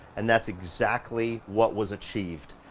and that's exactly what was achieved.